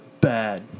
bad